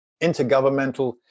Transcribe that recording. intergovernmental